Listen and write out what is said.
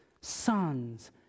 sons